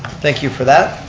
thank you for that.